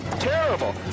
Terrible